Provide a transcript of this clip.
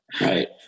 right